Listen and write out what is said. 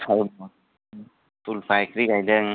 फुल फाख्रि गायदों